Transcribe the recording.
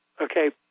Okay